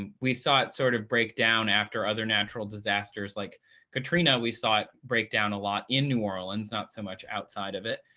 and we saw it sort of break down after other natural disasters. like katrina, we saw it break down a lot in new orleans, not so much outside of it.